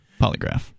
polygraph